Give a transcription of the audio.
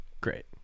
Great